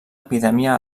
epidèmia